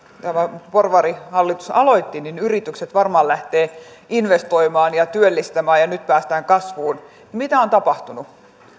tämä porvarihallitus aloitti että yritykset varmaan lähtevät investoimaan ja työllistämään ja ja nyt päästään kasvuun mitä on tapahtunut